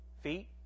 feet